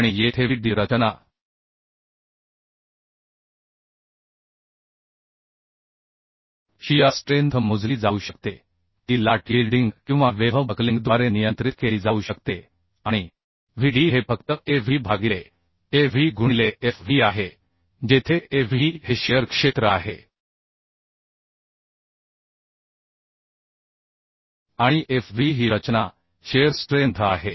आणि येथे V d रचना शिया स्ट्रेंथ मोजली जाऊ शकते ती लाट यील्डिंग किंवा वेव्ह बकलिंगद्वारे नियंत्रित केली जाऊ शकते आणि V d हे फक्त A v भागिले A v गुणिले F v आहे जेथे A v हे शिअर क्षेत्र आहे आणि F v ही रचना शिअर स्ट्रेंथ आहे